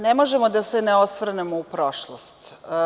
Ne možemo a da se ne osvrnemo u prošlost.